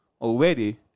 already